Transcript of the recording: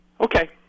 Okay